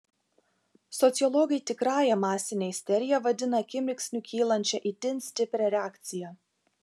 sociologai tikrąja masine isterija vadina akimirksniu kylančią itin stiprią reakciją